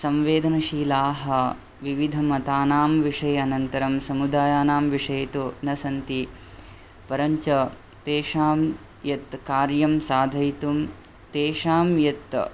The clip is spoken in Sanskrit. संवेदनशीलाः विविधमतानां विषय अनन्तरं समुदयानां विषये तु न सन्ति परञ्च तेषां यत् कार्यं साधयितुं तेषां यत्